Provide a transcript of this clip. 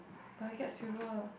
but I get silver